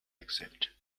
accent